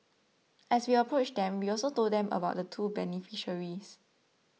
as we approached them we also told them about the two beneficiaries